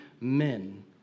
men